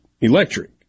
electric